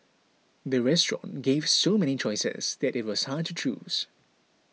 the restaurant gave so many choices that it was hard to choose